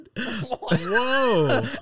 Whoa